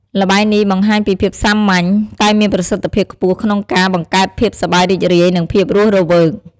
ល្បែងនេះបង្ហាញពីភាពសាមញ្ញ តែមានប្រសិទ្ធភាពខ្ពស់ក្នុងការ បង្កើតភាពសប្បាយរីករាយ និងភាពរស់រវើក។